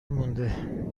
مونده